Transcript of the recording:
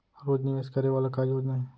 रोज निवेश करे वाला का योजना हे?